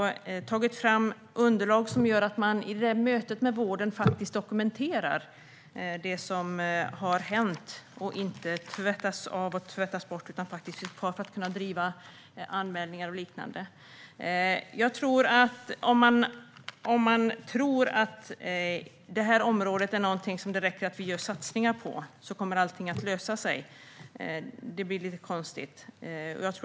Det finns också underlag som gör att man i vården dokumenterar det som har hänt. Man tvättar inte av och inte bort sådant som kan ligga till grund för anmälningar. Om man tror att allting kommer att lösa sig om man gör satsningar på det här området blir det lite konstigt.